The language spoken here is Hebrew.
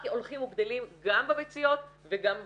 רק הולכים וגדלים גם בביציות וגם בזרע.